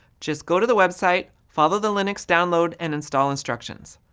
just go to the website, follow the linux download and install instructions.